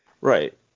Right